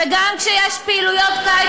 וגם כשיש פעילויות קיץ,